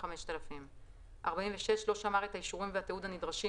5,000. (46) לא שמר את האישורים והתיעוד הנדרשים,